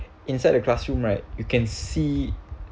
inside the classroom right you can see